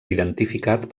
identificat